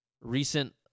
recent